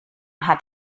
hat